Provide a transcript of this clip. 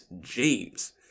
James